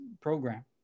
program